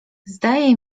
zdaje